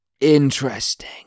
Interesting